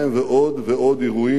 ועוד ועוד אירועים,